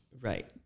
Right